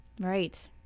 right